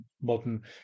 modern